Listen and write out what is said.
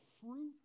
fruit